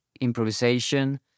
improvisation